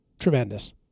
tremendous